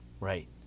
right